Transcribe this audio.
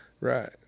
Right